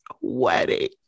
wedding